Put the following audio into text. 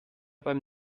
beim